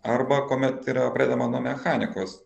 arba kuomet yra pradedama nuo mechanikos